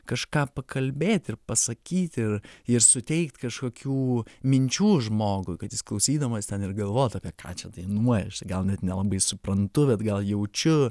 kažką pakalbėt ir pasakyti ir ir suteikt kažkokių minčių žmogui kad jis klausydamas ten ir galvotų apie ką čia dainuoja aš gal net nelabai suprantu bet gal jaučiu